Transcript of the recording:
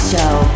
Show